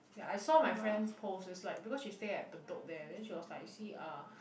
ya I saw my friend's post it's like because she stay at bedok there then she was like you see ah